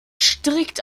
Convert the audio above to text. strikt